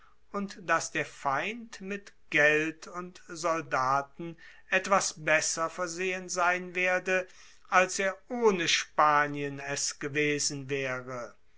und dass der feind mit geld und soldaten etwas besser versehen sein werde als er ohne spanien es gewesen waere